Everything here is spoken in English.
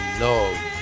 Love